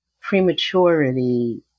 prematurity